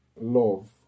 love